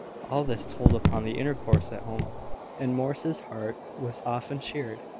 all this told upon the intercourse at home and morris's heart was often cheered,